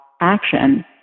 action